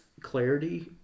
clarity